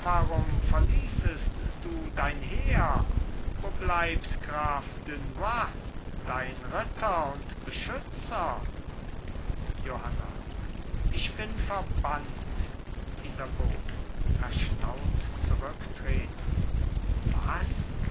warum verließest du dein heer wo bleibt graf dunois dein ritter und beschützer johanna ich bin verbannt isabeau erstaunt zurücktretend was